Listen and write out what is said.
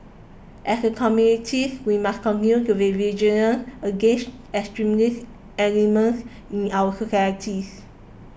as a communities we must continue to be vigilant against extremist elements in our societies